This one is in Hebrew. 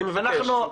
אני מבקש.